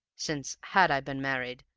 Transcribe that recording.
since, had i been married,